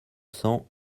cents